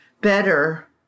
better